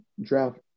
draft